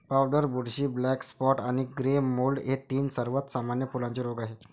powder बुरशी, black spot आणि grey mould हे तीन सर्वात सामान्य फुलांचे रोग आहेत